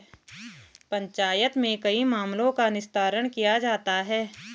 पंचायत में कई मामलों का निस्तारण किया जाता हैं